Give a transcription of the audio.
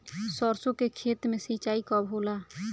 सरसों के खेत मे सिंचाई कब होला?